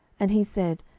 and he said,